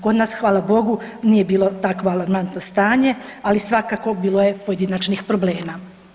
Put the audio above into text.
Kod nas hvala bogu nije bilo takvo alarmantno stanje, ali svakako bilo je pojedinačnih problema.